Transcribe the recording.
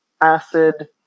Acid